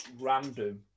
random